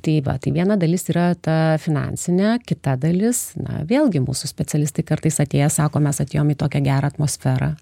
tai va tai viena dalis yra ta finansinė kita dalis na vėlgi mūsų specialistai kartais atėję sako mes atėjom į tokią gerą atmosferą